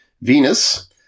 Venus